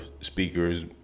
speakers